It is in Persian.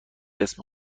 اسم